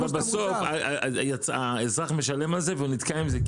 אבל בסוף האזרח משלם את זה והוא נתקע עם זה,